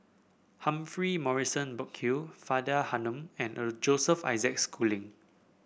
Humphrey Morrison Burkill Faridah Hanum and a Joseph Isaac Schooling